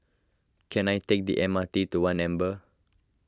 can I take the M R T to one Amber